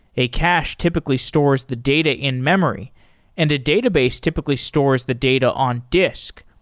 a cache typically stores the data in memory and a database typically stores the data on disk.